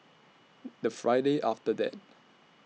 The Friday after that